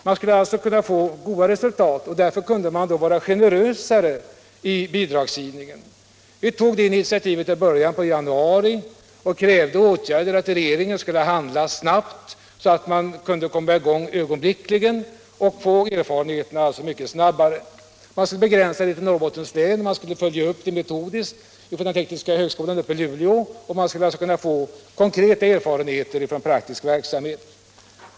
Man skulle alltså kunna få goda resultat och därmed kunna vara generösare i bidragsgivningen. 101 Vi tog detta initiativ i början av januari och krävde att regeringen skulle handla snabbt så att man kunde komma i gång ögonblickligen. Åtgärderna skulle begränsas till Norrbottens län och metodiskt följas upp av tekniska högskolan i Luleå. Man skulle alltså kunna få konkreta erfarenheter från praktisk verksamhet.